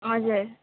हजुर